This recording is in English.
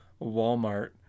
Walmart